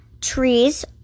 trees